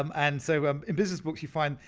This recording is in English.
um and so um in business books you find,